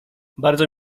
bardzo